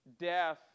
death